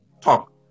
talk